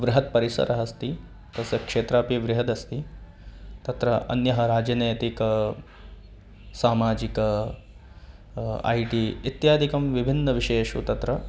बृहत् परिसरः अस्ति तस्य क्षेत्रापि बृहदस्ति तत्र अन्यः राजनैतिकः सामाजिकः ऐ टी इत्यादिकं विभिन्नविषयेषु तत्र